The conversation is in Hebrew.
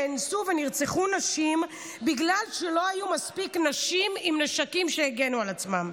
נאנסו ונרצחו נשים בגלל שלא היו מספיק נשים עם נשקים שהגנו על עצמן.